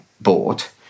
bought